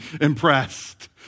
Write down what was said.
impressed